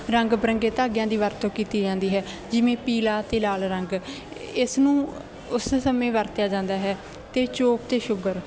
ਰੰਗ ਬਿਰੰਗੇ ਧਾਗਿਆਂ ਦੀ ਵਰਤੋਂ ਕੀਤੀ ਜਾਂਦੀ ਹੈ ਜਿਵੇਂ ਪੀਲਾ ਅਤੇ ਲਾਲ ਰੰਗ ਇਸ ਨੂੰ ਉਸ ਸਮੇਂ ਵਰਤਿਆਂ ਜਾਂਦਾ ਹੈ ਅਤੇ ਚੋਪ ਅਤੇ ਸੁਬਰ